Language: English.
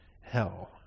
hell